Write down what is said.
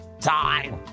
Time